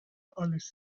آلیس